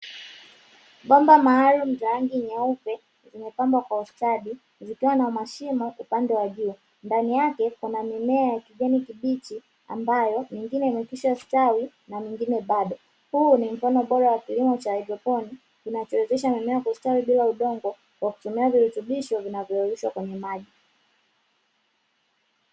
Bomba maalumu za rangi nyeupe zimepambwa kwa ustadi zikiwa na mashimo upande wa juu, ndani yake kuna mimea ya kijani kibichi ambayo mingine imekwishastawi na mingine bado; huu ni mfano bora wa kilimo cha haidroponi kinachowezesha mimea kustawi bila udongo, kwa kutumia virutubisho vinavyoyeyushwa kwenye maji.